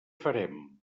farem